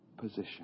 position